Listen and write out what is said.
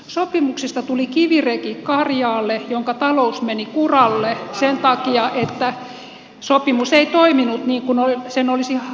sopimuksesta tuli kivireki karjaalle jonka talous meni kuralle sen takia että sopimus ei toiminut niin kuin sen olisi haluttu toimivan